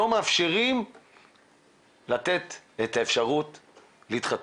ושל כולם, שלא מאפשרים לתת את האפשרות להתחתן.